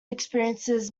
experiences